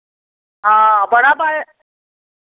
हां बड़ा पाए